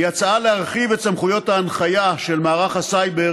היא הצעה להרחיב את סמכויות ההנחיה של מערך הסייבר